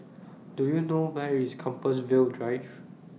Do YOU know Where IS Compassvale Drive